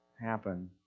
happen